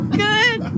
good